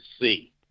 see